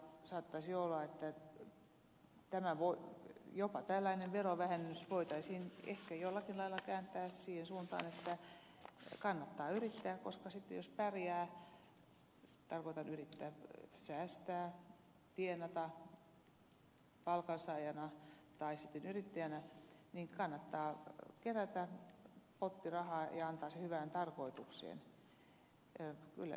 saattaisi olla että jopa tällainen verovähennys voitaisiin ehkä jollakin lailla kääntää siihen suuntaan että kannattaa yrittää koska sitten jos pärjää tarkoitan yrittää säästää tienata palkansaajana tai sitten yrittäjänä niin kannattaa kerätä potti rahaa ja antaa se hyvään tarkoitukseen